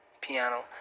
piano